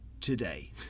today